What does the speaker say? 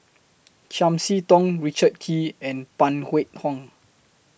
Chiam See Tong Richard Kee and Phan Wait Hong